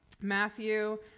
Matthew